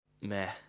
meh